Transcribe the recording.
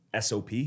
sop